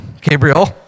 Gabriel